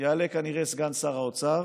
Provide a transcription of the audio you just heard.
יעלה כנראה סגן שר האוצר